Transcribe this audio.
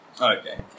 Okay